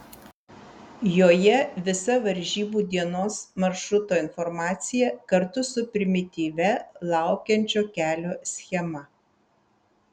joje visa varžybų dienos maršruto informacija kartu su primityvia laukiančio kelio schema